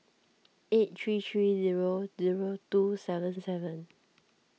eight three three zero zero two seven seven